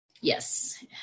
yes